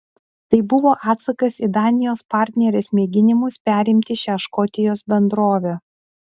tai buvo atsakas į danijos partnerės mėginimus perimti šią škotijos bendrovę